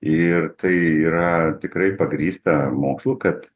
ir tai yra tikrai pagrįsta mokslu kad